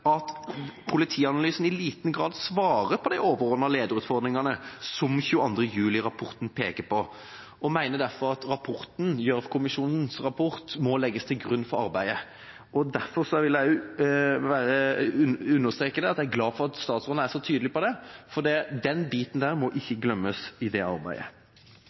at politianalysen i liten grad svarer på den overordnede lederutfordringen som 22. juli-rapporten peker på, og mener derfor at Gjørv-kommisjonens rapport må legges til grunn for arbeidet. Derfor vil jeg også understreke at jeg er glad for at statsråden er så tydelig på det, for den biten må ikke glemmes i det arbeidet.